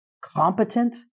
competent